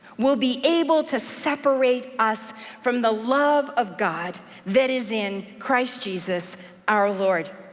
will be able to separate us from the love of god that is in christ jesus our lord.